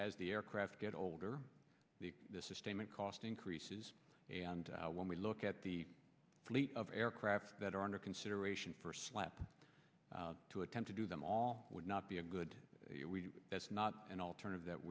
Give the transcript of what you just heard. as the aircraft get older the sustainment cost increases and when we look at the fleet of aircraft that are under consideration for slap to attend to do them all would not be a good that's not an alternative that